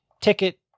ticket